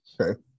Okay